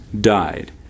died